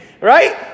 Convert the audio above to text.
right